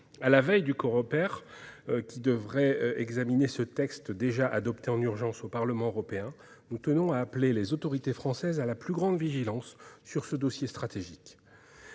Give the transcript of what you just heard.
permanents (Coreper) qui devrait examiner ce texte déjà adopté en urgence au Parlement européen, nous tenons à appeler les autorités françaises à la plus grande vigilance sur ce dossier stratégique.